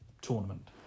Tournament